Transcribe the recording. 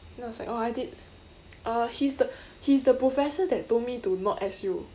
then I was like oh I did uh he's the he's the professor that told me to not S_U